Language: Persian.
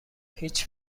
هیچ